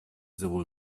sowohl